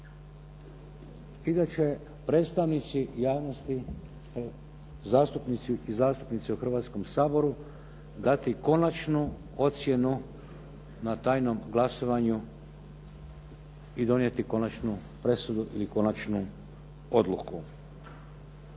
i da će predstavnici javnosti, zastupnici i zastupnice u Hrvatskom saboru dati konačnu ocjenu na tajnom glasovanju i donijeti konačnu presudu ili konačnu odluku.